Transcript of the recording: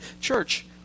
church